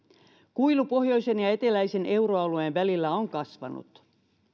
kuilu pohjoisen ja eteläisen euroalueen välillä on kasvanut